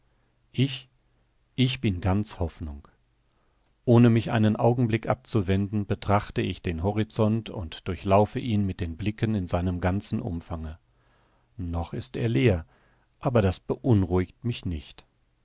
ich ich bin ganz hoffnung ohne mich einen augenblick abzuwenden betrachte ich den horizont und durchlaufe ihn mit den blicken in seinem ganzen umfange noch ist er leer aber das beunruhigt mich nicht